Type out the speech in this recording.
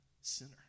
sinner